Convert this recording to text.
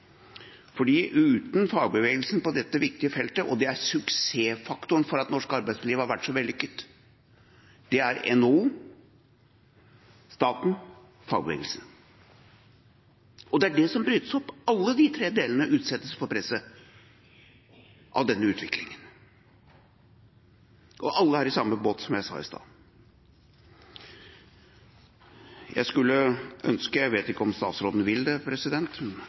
på dette viktige feltet for at norsk arbeidsliv har vært så vellykket, er NHO, staten og fagbevegelsen. Det er det som brytes opp. Alle de tre utsettes for presset av denne utviklingen, og alle er i samme båt – som jeg sa i stad. Jeg vet ikke om statsråden vil det,